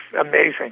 amazing